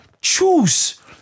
choose